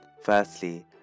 firstly